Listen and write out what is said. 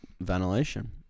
ventilation